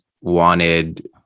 wanted